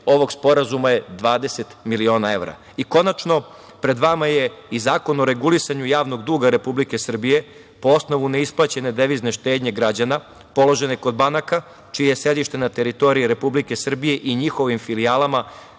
ovog sporazuma je 20 miliona evra. Konačno, pred vama je i Zakon o regulisanju javnog duga Republike Srbije po osnovu neisplaćene devizne štednje građana položene kod banaka čije je sedište na teritoriji Republike Srbije i njihovim filijalama